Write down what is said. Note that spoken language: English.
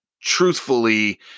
truthfully